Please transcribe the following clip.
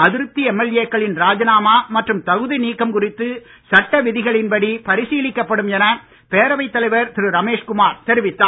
அதிருப்தி எம்எல்ஏ க்களின் ராஜினாமா மற்றும் தகுதி நீக்கம் குறித்து சட்ட விதிகளின்படி பரிசீலிக்கப்படும் என பேரவைத் தலைவர் திரு ரமேஷ் குமார் தெரிவித்தார்